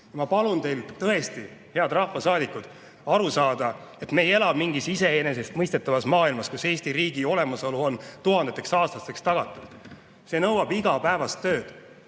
Ma palun teil tõesti, head rahvasaadikud, aru saada, et me ei ela mingis iseenesest mõistetavas maailmas, kus Eesti riigi olemasolu on tuhandeteks aastateks tagatud. See nõuab igapäevast tööd. Jah,